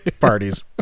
parties